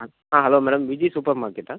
ஆ ஆ hello madam Viji super மார்க்கெட்டா